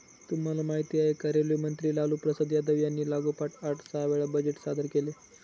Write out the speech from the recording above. तुम्हाला माहिती आहे का? रेल्वे मंत्री लालूप्रसाद यादव यांनी लागोपाठ आठ सहा वेळा बजेट सादर केले